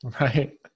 Right